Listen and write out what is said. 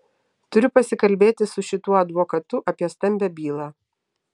turiu pasikalbėti su šituo advokatu apie stambią bylą